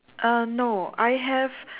uh no I have